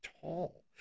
tall